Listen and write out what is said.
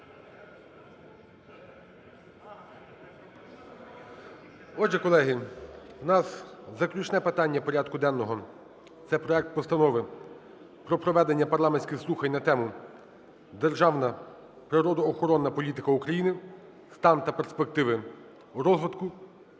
Отже, колеги, у нас заключне питання порядку денного – це проект Постанови про проведення парламентських слухань на тему: "Державна природоохоронна політика України: стан та перспективи розвитку".